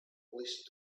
least